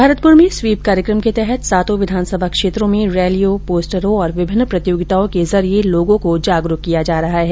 भरतपुर में स्वीप कार्यक्रम के तहत सातों विधानसभा क्षेत्रों में रैलियो पोस्टरों और विभिन्न प्रतियोगिताओं के जरिए जागरूक किया जा रहा है